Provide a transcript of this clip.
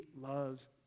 loves